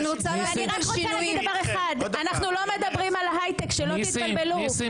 אנחנו לא מדברים על הייטק, שלא תתבלבלו.